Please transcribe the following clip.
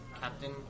captain